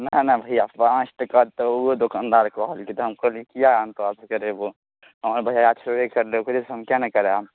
नहि नहि भैया पाँच टका तऽ ओ दुकानदार कहलकै तऽ हम कहलियै किआ हम तोरासँ करेबौ हमर भैआ छेबे करलै ओकरेसँ किआ नहि कराएब